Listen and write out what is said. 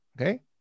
Okay